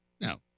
Now